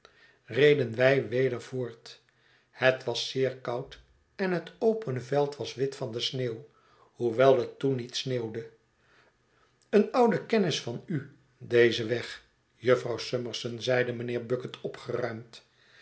reden wij weder voort het was zeer koud en het opene veld was wit van de sneeuw hoewel het toen niet sneeuwde een oude kennis van u deze weg jufvrouw summerson zeide mijnheer bucket